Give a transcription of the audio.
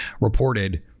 reported